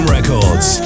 Records